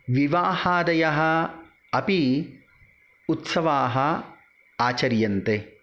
विवाहादयः अपि उत्सवाः आचर्यन्ते